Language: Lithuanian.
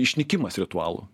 išnykimas ritualų